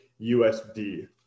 USD